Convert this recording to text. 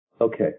okay